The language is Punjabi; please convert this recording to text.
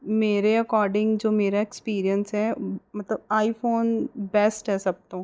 ਮੇਰੇ ਅਕੋਡਿੰਗ ਜੋ ਮੇਰਾ ਐਕਸਪੀਰੀਅੰਸ ਹੈ ਮਤਲਬ ਆਈਫੋਨ ਬੈਸਟ ਹੈ ਸਭ ਤੋਂ